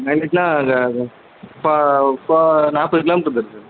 மைலேஜா அது அது இப்போ இப்போ நாற்பது கிலோ மீட்ரு போயிருக்கும் சார்